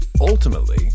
Ultimately